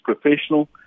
professional